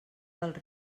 dels